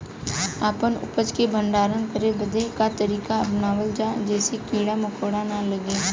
अपना उपज क भंडारन करे बदे का तरीका अपनावल जा जेसे कीड़ा मकोड़ा न लगें?